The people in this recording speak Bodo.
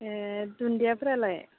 ए दुन्दियाफोरालाय